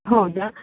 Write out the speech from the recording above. ಹೌದ